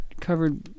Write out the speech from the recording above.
Covered